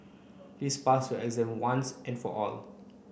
please pass your exam once and for all